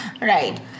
Right